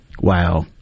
Wow